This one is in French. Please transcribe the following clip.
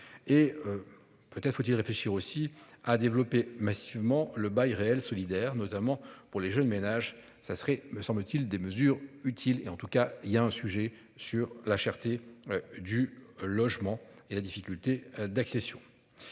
Et. Peut-être faut-il réfléchir aussi à développer massivement le bail réel solidaire, notamment pour les jeunes ménages ça serait me semble-t-il des mesures utiles et en tout cas il y a un sujet sur la cherté. Du logement et la difficulté d'accession.